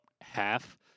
half